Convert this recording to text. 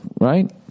Right